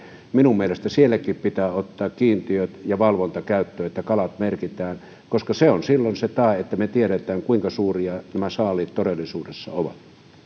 minun mielestäni sielläkin pitää ottaa kiintiöt ja valvonta käyttöön että kalat merkitään koska se on silloin se tae että me tiedämme kuinka suuria nämä saaliit todellisuudessa ovat